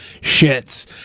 shits